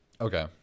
Okay